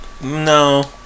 no